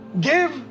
give